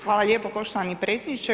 Hvala lijepo poštovani predsjedniče.